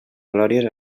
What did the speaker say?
glòries